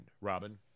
Robin